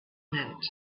meant